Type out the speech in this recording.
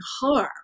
harm